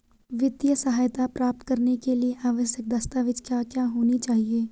वित्तीय सहायता प्राप्त करने के लिए आवश्यक दस्तावेज क्या क्या होनी चाहिए?